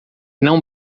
não